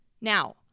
Now